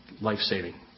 life-saving